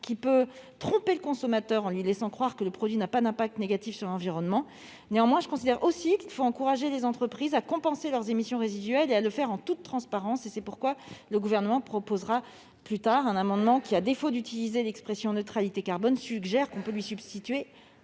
qui peut tromper le consommateur en lui laissant croire que le produit n'a pas d'impact négatif sur l'environnement. Toutefois, je considère aussi qu'il faut encourager les entreprises à compenser leurs émissions résiduelles et à le faire en toute transparence. C'est pourquoi le Gouvernement proposera un amendement qui, à défaut d'utiliser l'expression « neutralité carbone », permet de substituer